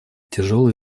тяжелые